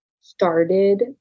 started